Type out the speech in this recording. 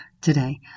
today